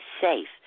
safe